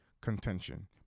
contention